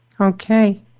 Okay